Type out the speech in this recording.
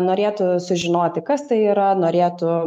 norėtų sužinoti kas tai yra norėtų